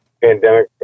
pandemic